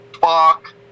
fuck